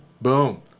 Boom